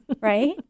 Right